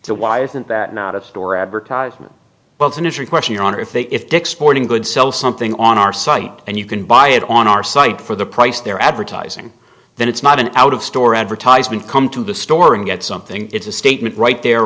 so why isn't that not a store advertisement but it's an injury question your honor if they if dick's sporting goods sell something on our site and you can buy it on our site for the price they're advertising that it's not an out of store advertisement come to the store and get something it's a statement right there